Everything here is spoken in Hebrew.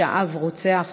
שהאב רוצח